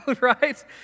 Right